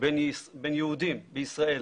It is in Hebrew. בין יהודים בישראל